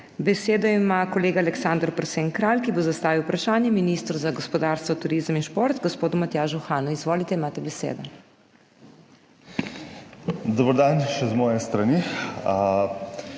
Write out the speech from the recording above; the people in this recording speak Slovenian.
Besedo ima kolega Aleksander Prosen Kralj, ki bo zastavil vprašanje ministru za gospodarstvo, turizem in šport gospodu Matjažu Hanu. Izvolite, imate besedo. ALEKSANDER PROSEN KRALJ